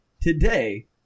today